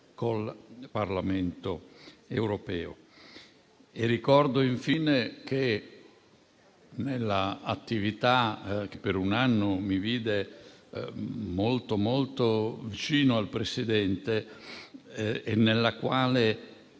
col Parlamento europeo. Ricordo infine che, nell'attività che per un anno mi vide molto vicino al Presidente e nella quale